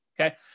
okay